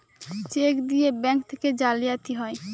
check দিয়ে bank থেকে জালিয়াতি হয়